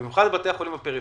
במיוחד בבתי החולים בפריפריה,